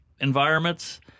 Environments